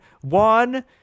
One